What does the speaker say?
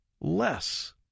less